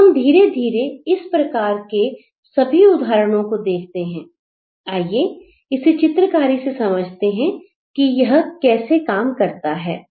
तो हम धीरे धीरे इस प्रकार के सभी उदाहरणों को देखते हैं आइए इसे चित्रकारी से समझते हैं कि यह कैसे काम करता है